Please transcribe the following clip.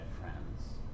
Friends